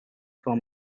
form